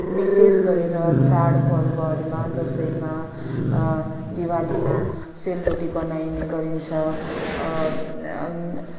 विशेष गरेर चाड पर्वहरूमा दसैँमा दिवालीमा सेलरोटी बनाइने गरिन्छ